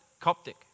Coptic